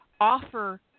offer